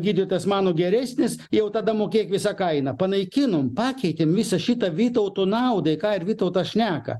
gydytojas mano geresnis jau tada mokėk visą kainą panaikinom pakeitėm visą šitą vytauto naudai ką ir vytautas šneka